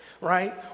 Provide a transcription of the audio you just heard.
Right